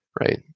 right